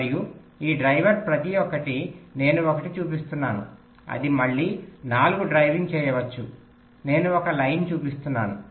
మరియు ఈ డ్రైవర్ ప్రతి ఒక్కటి నేను ఒకటి చూపిస్తున్నాను అది మళ్ళీ 4 డ్రైవింగ్ చేయవచ్చు నేను ఒక లైన్ చూపిస్తున్నాను